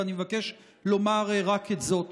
ואני מבקש לומר רק את זאת,